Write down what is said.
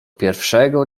pierwszego